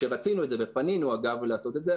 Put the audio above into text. כשרצינו את זה ופנינו לעשות את זה,